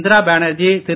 Indira Banerjee Thiru